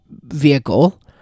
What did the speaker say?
vehicle